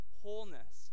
Wholeness